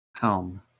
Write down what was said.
helm